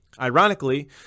Ironically